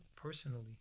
Personally